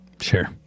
Sure